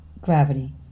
gravity